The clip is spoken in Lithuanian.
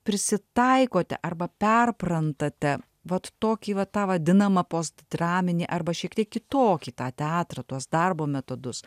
prisitaikote arba perprantate vat tokį va tą vadinamą postdraminį arba šiek tiek kitokį tą teatrą tuos darbo metodus